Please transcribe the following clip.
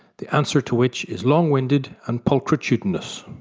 the answer to which is long winded and pulchritudinous.